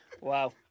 Wow